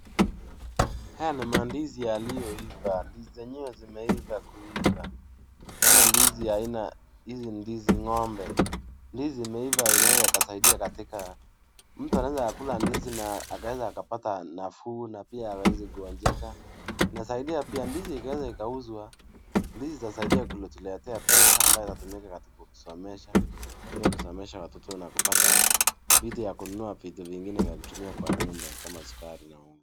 Haya ni mandizi yaliyoiva. Ndizi zenyewe zimeiva kuiva. Naona ndizi ya aina, hizi ni ndizi ng'ombe. Ndizi zimeiva zinaeza kasaidia katika. Mtu anaweza akakula ndizi na akaweza akapata nafuu. Na pia hawezi gonjeka. Inasaidia pia. Ndizi inaweza ikauzwa. Ndizi zinasaidia kutuletea pesa ambazo zinatumika katika kusomesha watoto na kupata vitu ya kununua vitu zingine vya kutumia kwa nyumba kama vile sukari na unga.